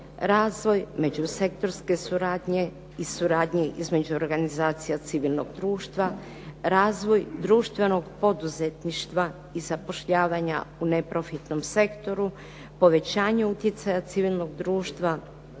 razvoj međusektorske suradnje i suradnje između organizacija civilnog društva, razvoj društvenog poduzetništva i zapošljavanja u neprofitnom sektoru, povećanje utjecaja civilnog društva